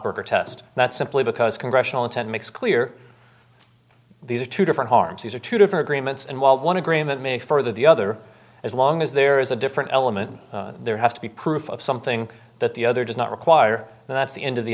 protest that simply because congressional intent makes clear these are two different harms these are two different remits and while one agreement may further the other as long as there is a different element there has to be proof of something that the other does not require and that's the end of the